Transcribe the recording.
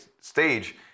stage